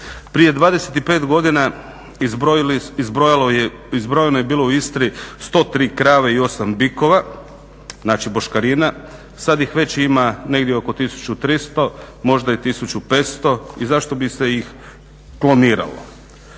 Prije 25 godina izbrojano je bili u Istri 103 krave i o 8 bikova, znači boškarina, sad ih već ima negdje oko 1300, možda i 1500 i zašto bi se ih kloniralo.